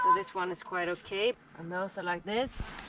this one is quite okay and those are like this,